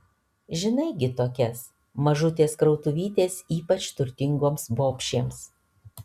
žinai gi tokias mažutės krautuvytės ypač turtingoms bobšėms